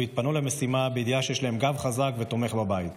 והתפנו למשימה בידיעה שיש להם גב חזק ותומך בבית.